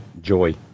Joy